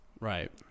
Right